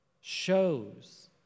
shows